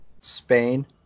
Spain